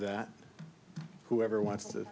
that whoever wants to